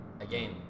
again